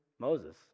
Moses